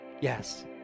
yes